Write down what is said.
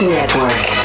Network